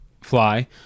fly